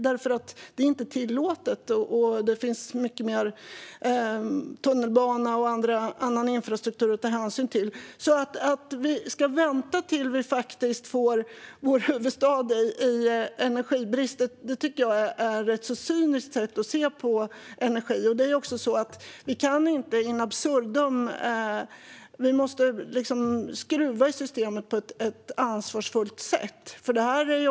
Det är inte tillåtet, och det finns tunnelbana och annan infrastruktur att ta hänsyn till. Att vi ska vänta tills vi får energibrist i vår huvudstad tycker jag är ett cyniskt sätt att se på energi. Vi kan inte driva detta in absurdum, utan vi måste skruva i systemet på ett ansvarsfullt sätt.